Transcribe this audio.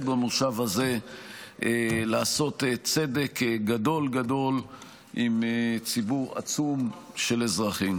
במושב הזה לעשות צדק גדול גדול עם ציבור עצום של אזרחים.